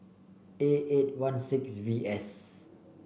A eight one six V S